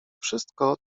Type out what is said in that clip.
wszystko